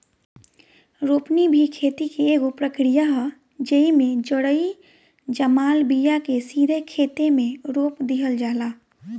रोपनी भी खेती के एगो प्रक्रिया ह, जेइमे जरई जमाल बिया के सीधे खेते मे रोप दिहल जाला